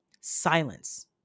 Silence